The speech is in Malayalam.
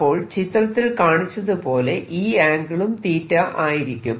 അപ്പോൾ ചിത്രത്തിൽ കാണിച്ചതുപോലെ ഈ ആംഗിളും θ ആയിരിക്കും